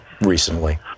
recently